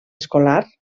escolar